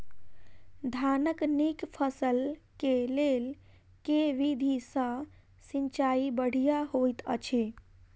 धानक नीक फसल केँ लेल केँ विधि सँ सिंचाई बढ़िया होइत अछि?